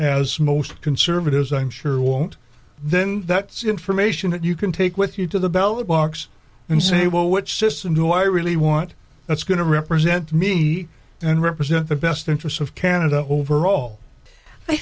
as most conservatives i'm sure won't then that's information that you can take with you to the bell box and say well what system do i really want that's going to represent me and represent the best interests of canada overall i